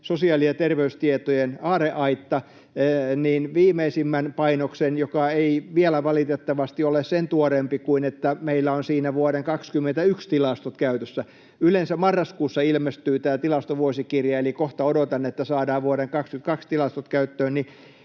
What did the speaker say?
sosiaali‑ ja terveystietojen aarreaitta, viimeisimmän painoksen, joka ei vielä valitettavasti ole sen tuoreempi kuin että meillä on siinä vuoden 21 tilastot käytössä. Yleensä marraskuussa ilmestyy tämä tilastovuosikirja, eli odotan, että kohta saadaan vuoden 22 tilastot käyttöön.